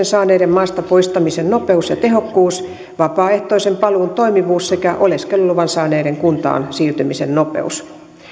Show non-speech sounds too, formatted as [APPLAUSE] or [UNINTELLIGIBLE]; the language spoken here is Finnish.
[UNINTELLIGIBLE] saaneiden maasta poistamisen nopeus ja tehokkuus vapaaehtoisen paluun toimivuus sekä oleskeluluvan saaneiden kuntaan siirtymisen nopeus